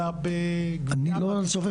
אלא ב- -- אני לא הבנתי,